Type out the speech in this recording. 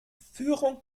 führung